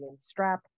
strap